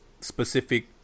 specific